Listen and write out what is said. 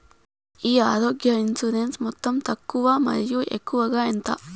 ఈ ఆరోగ్య ఇన్సూరెన్సు మొత్తం తక్కువ మరియు ఎక్కువగా ఎంత?